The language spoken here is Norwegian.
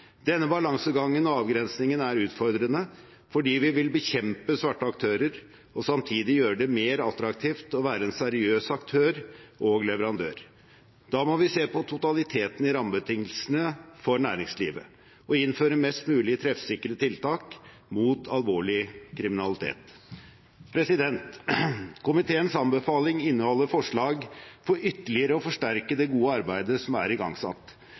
Denne balansegangen og avgrensningen er utfordrende fordi vi vil bekjempe svarte aktører og samtidig gjøre det mer attraktivt å være en seriøs aktør og leverandør. Da må vi se på totaliteten i rammebetingelsene for næringslivet og innføre mest mulig treffsikre tiltak mot alvorlig kriminalitet. Komiteens anbefaling inneholder forslag for ytterligere å forsterke det gode arbeidet som er igangsatt,